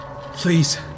Please